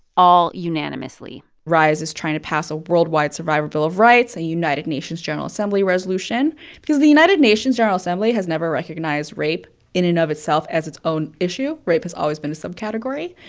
all unanimously rise is trying to pass a worldwide survivor bill of rights, a united nations general assembly resolution because the united nations general assembly has never recognized rape in and of itself as its own issue. rape has always been a subcategory.